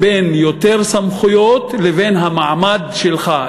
בין יותר סמכויות לבין המעמד שלך,